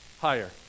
Higher